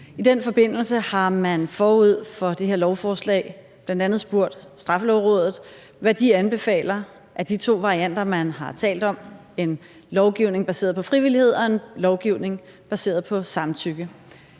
I den forbindelse har man forud for det her lovforslag bl.a. spurgt Straffelovrådet, hvad de anbefaler af de to varianter, som man har talt om, altså en lovgivning baseret på frivillighed og en lovgivning baseret på samtykke.